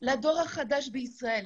לדור החדש בישראל.